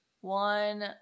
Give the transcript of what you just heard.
One